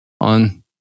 on